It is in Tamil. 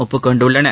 ஒப்புக் கொண்டுள்ளன